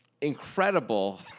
incredible